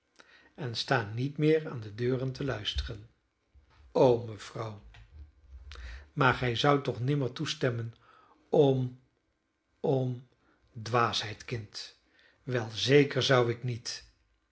en sta niet meer aan de deuren te luisteren o mevrouw maar gij zoudt toch nimmer toestemmen om om dwaasheid kind wel zeker zou ik niet